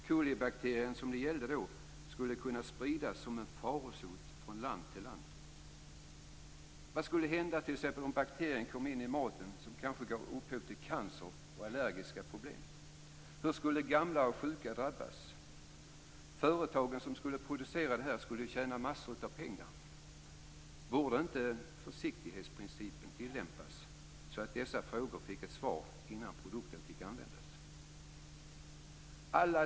Kolibakterien, som det då gällde, skulle kunna spridas som en farsot från land till land. Vad skulle t.ex. hända om bakterien kom in i maten och kanske gav upphov till cancer och allergiska problem? Hur skulle gamla och sjuka drabbas? De företag som skulle producera ämnet skulle tjäna massor av pengar. Borde inte försiktighetsprincipen tillämpas, så att dessa frågor fick ett svar innan produkten fick användas?